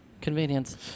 Convenience